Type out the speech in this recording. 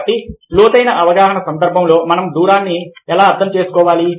కాబట్టి లోతైన అవగాహన సందర్భంలో మనం దూరాన్ని ఎలా అర్థం చేసుకోవాలి